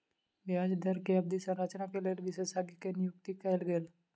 ब्याज दर के अवधि संरचना के लेल विशेषज्ञ के नियुक्ति कयल गेल